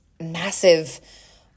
massive